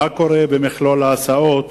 מה קורה במכלול ההסעות